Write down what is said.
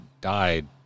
died